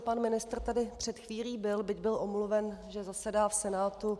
Pan ministr tady před chvílí byl, byť byl omluven, že zasedá v Senátu.